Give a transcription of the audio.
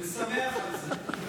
ושמח על זה.